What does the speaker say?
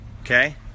Okay